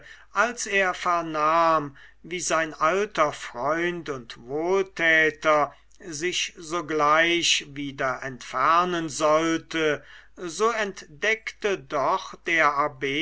als er vernahm wie sein alter freund und wohltäter sich sogleich wieder entfernen sollte so entdeckte doch der abb